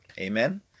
Amen